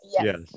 yes